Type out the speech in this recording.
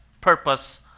purpose